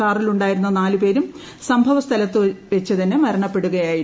കാറിലുണ്ടായിരുന്ന നാല് പേരും സംഭവസ്ഥലത്തുണ്ട്ട് തന്നെ മരണപ്പെടുകയായിരുന്നു